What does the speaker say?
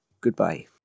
Goodbye